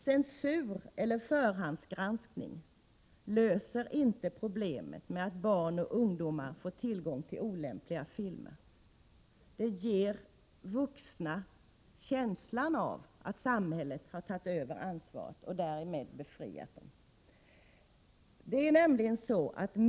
Censur eller förhandsgranskning löser inte problemet att barn och ungdomar får tillgång till olämpliga filmer. Sådana åtgärder ger vuxna Prot. 1987/88:122 känslan av att samhället har tagit över ansvaret och därmed befriat de vuxna 18 maj 1988 från deras ansvar.